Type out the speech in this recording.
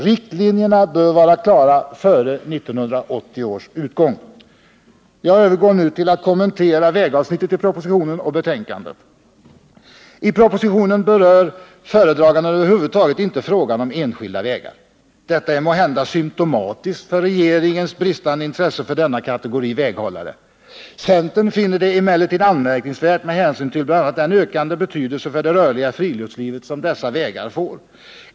Riktlinjerna bör vara klara före 1980 års utgång. Jag övergår nu till att kommentera vägavsnittet i propositionen och betänkandet. I propositionen berör föredraganden över huvud taget inte frågan om enskilda vägar. Detta är måhända symtomatiskt för regeringens bristande intresse för denna kategori väghållare. Centern finner det emellertid anmärkningsvärt med hänsyn till bl.a. den ökande betydelse för det rörliga friluftslivet som dessa vägar får.